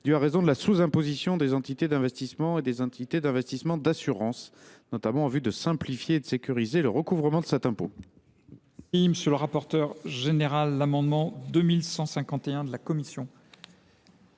dû à raison de la sous imposition des entités d’investissement et des entités d’investissement d’assurance. Il s’agit, notamment, de simplifier et de sécuriser le recouvrement de cet impôt.